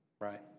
Right